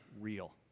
real